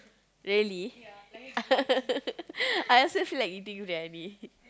really I also feel like eating briyani